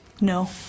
No